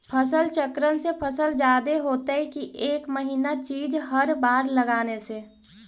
फसल चक्रन से फसल जादे होतै कि एक महिना चिज़ हर बार लगाने से?